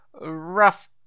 rough